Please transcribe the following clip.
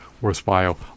worthwhile